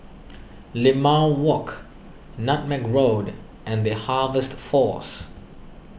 Limau Walk Nutmeg Road and the Harvest force